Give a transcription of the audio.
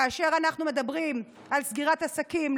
כאשר אנחנו מדברים על סגירת עסקים,